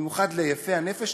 במיוחד ליפי הנפש,